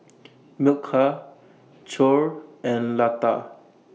Milkha Choor and Lata